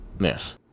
Yes